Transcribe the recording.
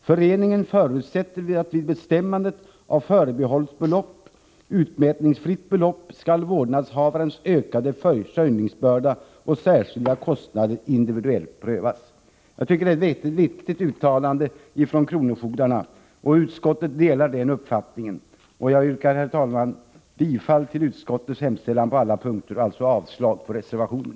Föreningen förutsätter att vid bestämmande av förbehållsbelopp/utmätningsfritt belopp skall vårdnadshavarens ökade försörjningsbörda och särskilda kostnader individuellt prövas.” Jag tycker att det är ett viktigt uttalande från kronofogdarna, och utskottsmajoriteten delar den uppfattningen. Jag yrkar, herr talman, bifall till utskottsmajoritetens hemställan på alla punkter och alltså avslag på reservationen.